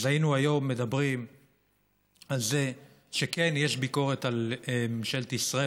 אז היינו היום מדברים על זה שכן יש ביקורת על ממשלת ישראל,